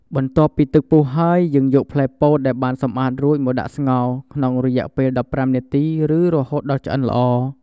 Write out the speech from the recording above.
បន្ទាប់ពីទឹកពុះហើយ យើងយកផ្លែពោតដែលបានសម្អាតរួចមកដាក់ស្ងោរ ក្នុងរយៈពេល១៥នាទី ឬរហូតដល់ឆ្អិនល្អ។